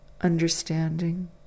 understanding